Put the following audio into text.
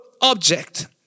object